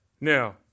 Now